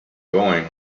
going